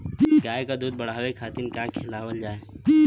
गाय क दूध बढ़ावे खातिन का खेलावल जाय?